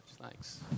Thanks